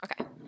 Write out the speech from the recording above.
Okay